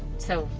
so.